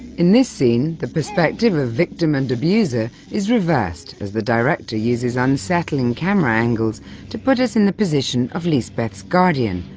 in this scene, the perspective of victim and abuser is reversed as the director uses unsettling camera angles to put us in the position of lisbeth's guardian,